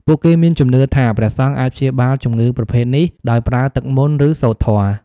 ពួកគេមានជំនឿថាព្រះសង្ឃអាចព្យាបាលជំងឺប្រភេទនេះដោយប្រើទឹកមន្ត ឬសូត្រធម៌។